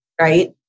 right